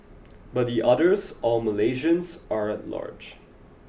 but the others all Malaysians are at large